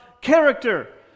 character